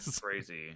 crazy